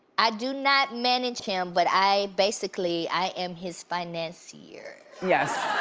i do not manage him, but i, basically, i am his financier. yes,